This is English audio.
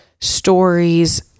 stories